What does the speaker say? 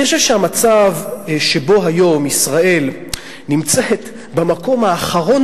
אני חושב שהמצב שבו היום ישראל נמצאת במקום האחרון